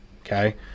Okay